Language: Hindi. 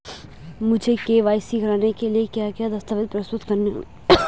मुझे के.वाई.सी कराने के लिए क्या क्या दस्तावेज़ प्रस्तुत करने होंगे?